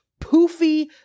poofy